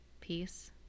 peace